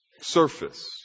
surface